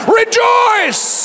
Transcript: rejoice